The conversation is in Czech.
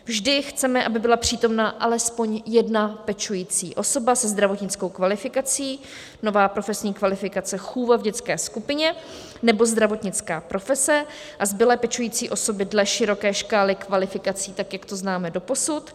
Vždy chceme, aby byla přítomna alespoň jedna pečující osoba se zdravotnickou kvalifikací nová profesní kvalifikace, chůva v dětské skupině nebo zdravotnická profese, a zbylé pečující osoby dle široké škály kvalifikací, tak jak to známe doposud.